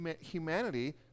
humanity